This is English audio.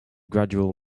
gradual